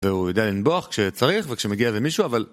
והוא יודע לנבוח כשצריך וכשמגיע לזה מישהו, אבל...